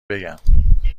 بگم